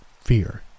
fear